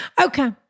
Okay